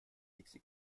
dixi